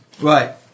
Right